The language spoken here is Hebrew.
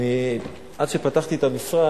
עד שפתחתי את המשרד,